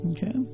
Okay